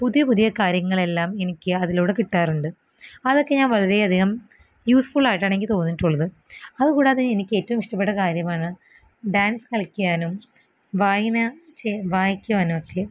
പുതിയ പുതിയ കാര്യങ്ങളെല്ലാം എനിക്കതിലൂടെ കിട്ടാറുണ്ട് അതൊക്കെ ഞാൻ വളരെയധികം യൂസ്ഫുള്ളായിട്ടാണെനിക്ക് തോന്നീട്ടുള്ളത് അതുകൂടാതെ എനിക്കേറ്റം ഇഷ്ടപ്പെട്ട കാര്യമാണ് ഡാൻസ് കളിയ്ക്കാനും വായന വായിക്കുവാനുവൊക്കെ